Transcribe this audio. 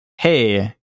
hey